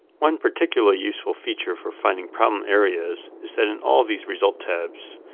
one particularly useful feature for finding problem areas is that in all of these results tabs,